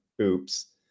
oops